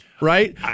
Right